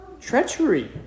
Treachery